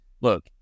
look